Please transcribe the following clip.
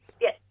yes